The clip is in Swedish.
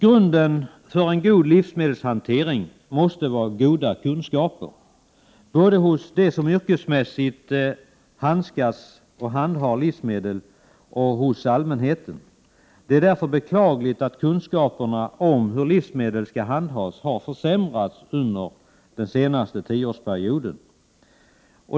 Grunden för en god livsmedelshantering måste vara goda kunskaper, både hos dem som yrkesmässigt handhar livsmedel och hos allmänheten. Det är därför beklagligt att kunskaperna om hur livsmedel skall handhas har försämrats under den senaste tioårsperioden.